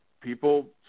people